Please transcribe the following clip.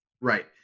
Right